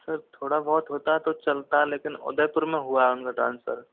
sir थोड़ा बहुत होता तो चलता लेकिन उदयपुर में हुआ है उनका ट्रान्सफर